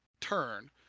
turn